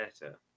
better